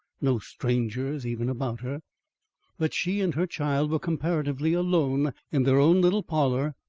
no strangers even about her that she and her child were comparatively alone in their own little parlour,